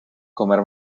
comer